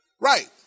Right